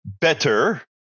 better